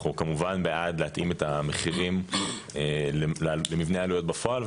אנחנו כמובן בעד להתאים את המחירים למבנה העלויות בפועל,